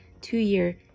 two-year